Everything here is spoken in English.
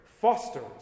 fosters